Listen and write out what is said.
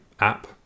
app